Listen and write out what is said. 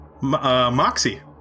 Moxie